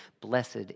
blessed